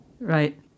Right